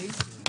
קיי.